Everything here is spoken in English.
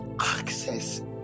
access